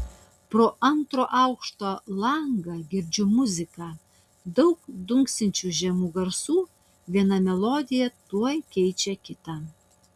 pro antro aukšto langą girdžiu muziką daug dunksinčių žemų garsų viena melodija tuoj keičia kitą